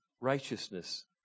righteousness